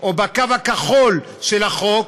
או בקו הכחול של החוק,